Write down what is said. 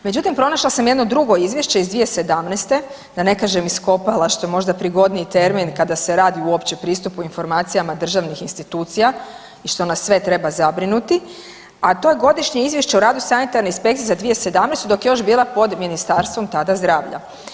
Međutim, pronašla sam jedno drugo izvješće iz 2017., da ne kažem iskopala što je možda prigodniji termin kada se radi uopće pristupu informacijama državnih institucija i što nas sve treba zabrinuti, a to je Godišnje izvješće o radu sanitarne inspekcije za 2017. dok je još bila pod ministarstvom tada zdravlja.